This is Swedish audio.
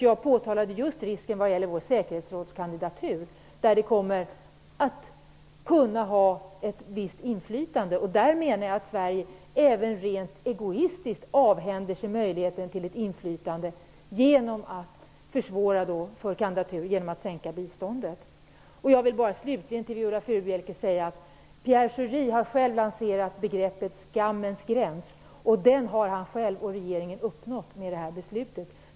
Jag påtalade tidigare risken vad gäller vår kandidatur till säkerhetsrådet, där vi skulle kunna ha ett visst inflytande. Jag menar att Sverige i det sammanhanget även i en rent egoistisk mening avhänder sig möjligheten till ett inflytande genom att vi försämrar vår möjlighet att kandidera genom att vi sänker biståndet. Pierre Schori har själv lanserat begreppet "skammens gräns", och den har han själv och regeringen nått fram till i och med det här beslutet.